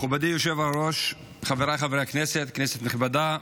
מכובדי היושב-ראש, חבריי חברי הכנסת, כנסת נכבדה,